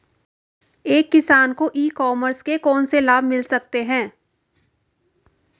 एक किसान को ई कॉमर्स के कौनसे लाभ मिल सकते हैं?